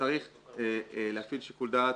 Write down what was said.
שצריך להפעיל שיקול דעת.